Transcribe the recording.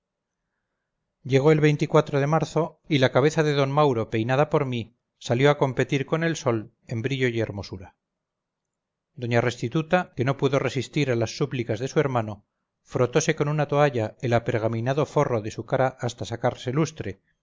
llegó el día de marzo y la cabeza de d mauro peinada por mí salió a competir con el sol en brillo y hermosura doña restituta que no pudo resistir a las súplicas de su hermano frotose con una toalla el apergaminado forro de su cara hasta sacarse lustre